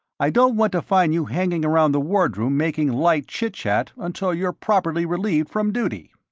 i don't want to find you hanging around the wardroom making light chit-chat until you're properly relieved from duty.